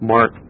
Mark